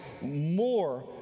more